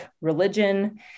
religion